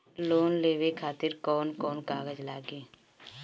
Loan लेवे खातिर कौन कौन कागज लागी?